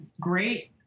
great